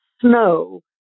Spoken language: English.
snow